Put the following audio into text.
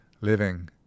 Living